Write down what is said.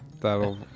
that'll